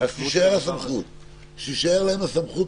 המשמעות של הדבר הזה --- אז שתישאר להם הסמכות,